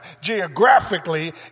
Geographically